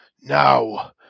Now